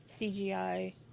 CGI